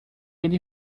ele